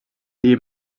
they